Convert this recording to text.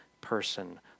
person